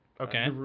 okay